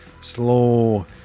slow